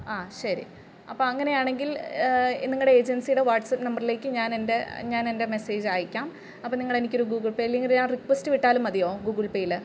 ആ ശരി അപ്പോള് അങ്ങനെയാണെങ്കിൽ നിങ്ങളുടെ ഏജൻസിയുടെ വാട്സപ് നമ്പറിലേക്ക് ഞാനെൻ്റെ ഞാനെൻ്റെ മെസേജ് അയക്കാം അപ്പോള് നിങ്ങളെനിക്കൊരു ഗൂഗിൾ പേയില് ഞാൻ റിക്കൊസ്റ്റ് വിട്ടാലും മതിയോ ഗൂഗിൾ പേയില്